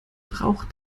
braucht